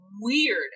weird